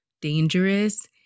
dangerous